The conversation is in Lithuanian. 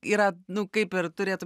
yra nu kaip ir turėtų